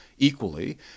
equally